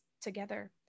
together